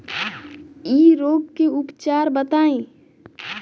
इ रोग के उपचार बताई?